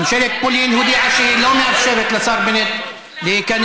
ממשלת פולין הודיעה שהיא לא מאפשרת לשר בנט להיכנס.